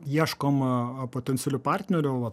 ieškom potencialių partnerių vat